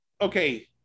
okay